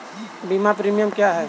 बीमा प्रीमियम क्या है?